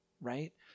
Right